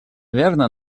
верно